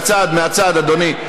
מהצד, אדוני.